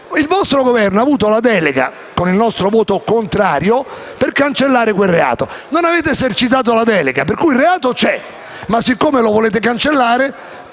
Il vostro Governo ha avuto la delega, con il nostro voto contrario, per cancellare quel reato. Non avete esercitato la delega, per cui il reato c'è. Ma, siccome lo volete cancellare,